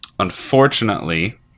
Unfortunately